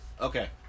Okay